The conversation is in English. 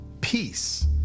peace